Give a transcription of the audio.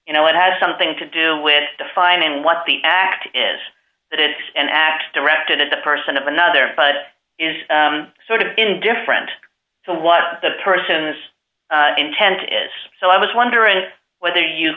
you know it has something to do with defining what the act is that it's an act directed at the person of another but is sort of indifferent to what the person's intent is so i was wondering whether you